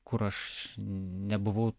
kur aš nebuvau